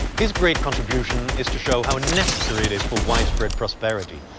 his great contribution is to show how necessary it is for widespread prosperity,